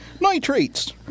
Nitrates